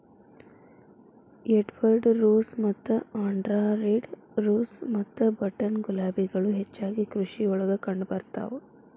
Edward rose ಮತ್ತ Andhra red rose ಮತ್ತ button ಗುಲಾಬಿಗಳು ಹೆಚ್ಚಾಗಿ ಕೃಷಿಯೊಳಗ ಕಂಡಬರ್ತಾವ